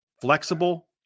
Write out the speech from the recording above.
flexible